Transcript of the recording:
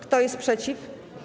Kto jest przeciw?